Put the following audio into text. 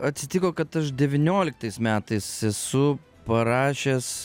atsitiko kad aš devynioliktais metais esu parašęs